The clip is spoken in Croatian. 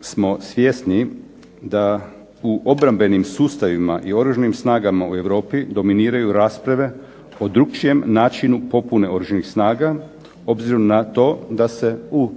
smo svjesni da u obrambenim sustavima i Oružanim snagama u Europi dominiraju rasprave o drukčijem način popune Oružanih snaga obzirom na to da se u